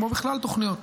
כמו תוכניות בכלל,